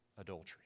adultery